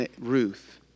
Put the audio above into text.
Ruth